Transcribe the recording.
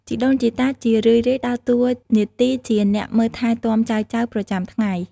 ជីដូនជីតាជារឿយៗដើរតួនាទីជាអ្នកមើលថែទាំចៅៗប្រចាំថ្ងៃ។